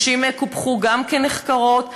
נשים קופחו גם כנחקרות,